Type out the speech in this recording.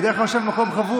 הוא בדרך כלל יושב במקום קבוע.